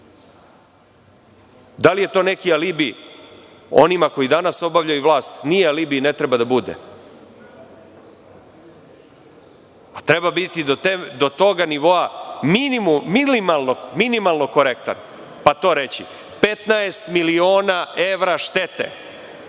se. Da li je to neki alibi onima koji danas obavljaju vlast? Nije alibi i ne treba da bude. Treba biti do tog nivoa minimalno korektan pa to reći - 15.000.000 evra štete